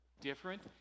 different